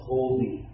Holy